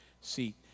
seat